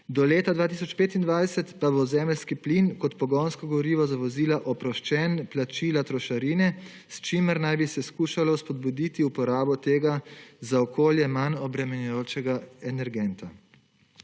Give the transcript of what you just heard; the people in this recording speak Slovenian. Do leta 2025 pa bo zemeljski plin kot pogonsko gorivo za vozila oproščen plačila trošarine s čimer naj bi se skušalo spodbuditi uporabo tega za okolje manj obremenjujočega energenta.